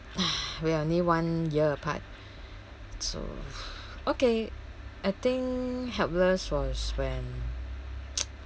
we are only one year apart so okay I think helpless was when